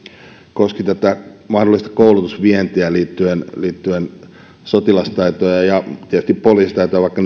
koski tätä mahdollista koulutusvientiä liittyen liittyen sotilastaitoihin ja ja tietysti poliisitaitoihin vaikka